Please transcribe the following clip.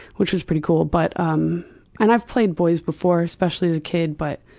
which was pretty cool, but, um and i've played boys before, especially as a kid, but